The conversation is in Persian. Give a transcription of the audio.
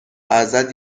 ازت